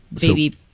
baby